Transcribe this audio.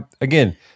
again